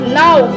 now